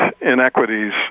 inequities